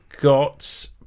got